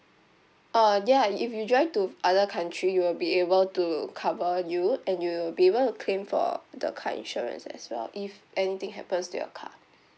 uh ya if you drive to other country you will be able to cover you and you'll be able to claim for the car insurance as well if anything happens to your car